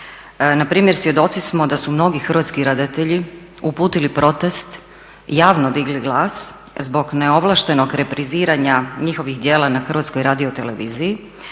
Npr. svjedoci smo da su mnogi hrvatski redatelji uputili protest, javno digli glas zbog neovlaštenog repriziranja njihovih djela na HRT-u i tu je